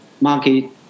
market